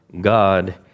God